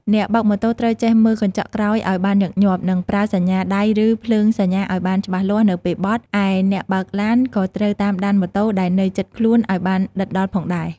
អ្នកបើកម៉ូតូត្រូវចេះមើលកញ្ចក់ក្រោយឱ្យបានញឹកញាប់ និងប្រើសញ្ញាដៃឬភ្លើងសញ្ញាឱ្យបានច្បាស់លាស់នៅពេលបត់ ឯអ្នកបើកឡានក៏ត្រូវតាមដានម៉ូតូដែលនៅជិតខ្លួនឱ្យបានដិតដល់ផងដែរ។